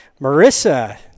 marissa